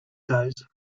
those